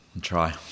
Try